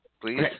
Please